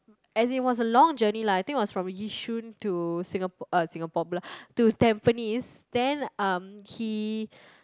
as in it was a long journey lah I think it was from yishun to Singapore uh Singapore pula to Tampines then um he